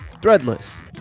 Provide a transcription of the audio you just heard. Threadless